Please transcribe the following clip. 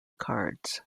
cards